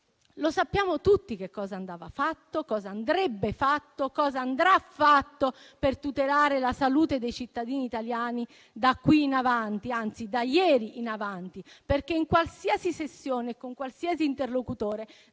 lo sapevamo tutti che cosa andava fatto e che cosa andrebbe fatto e che cosa andrà fatto per tutelare la salute dei cittadini italiani da qui in avanti. Anzi: da ieri in avanti, perché con qualsiasi interlocutore